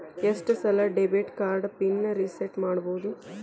ಎಷ್ಟ ಸಲ debit card pin reset ಮಾಡಬೋದು